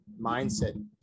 mindset